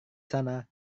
sana